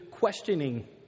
Questioning